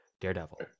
Daredevil